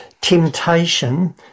temptation